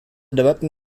debatten